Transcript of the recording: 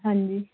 ਹਾਂਜੀ